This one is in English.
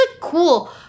cool